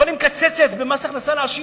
אבל מקצצת במס ההכנסה לעשירים,